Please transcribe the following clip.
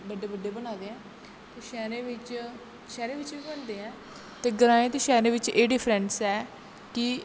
बड्डे बड्डे बना दे ऐ ते शैह्रें बिच्च शैह्रें बिच्च बी बनदे ऐ ग्राएं ते शैह्रें बिच्च एह् डिफ्रैंस ऐ कि